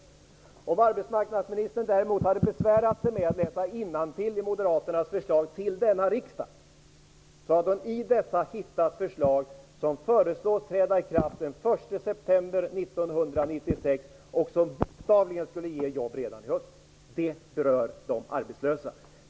Om arbetsmarknadsministern däremot hade besvärat sig med att läsa innantill i moderaternas förslag till detta riksmöte, hade hon bland dessa hittat sådana som föreslås träda i kraft den 1 september 1996 och som bokstavligen skulle ge jobb redan i höst. Det berör de arbetslösa.